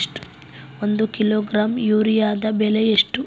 ಒಂದು ಕಿಲೋಗ್ರಾಂ ಯೂರಿಯಾದ ಬೆಲೆ ಎಷ್ಟು?